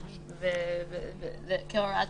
כרגע.